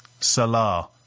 Salah